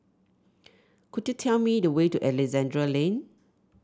could you tell me the way to Alexandra Lane